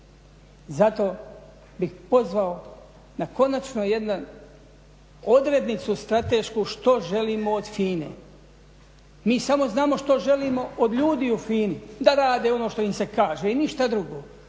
Zato bih pozvao na konačno jednu odrednicu stratešku što želimo od FINA-e. Mi samo znamo što želimo od ljudi u FINA-i, da rade ono što im se kaže i ništa drugo.